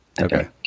Okay